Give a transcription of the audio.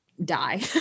die